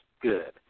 good